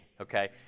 okay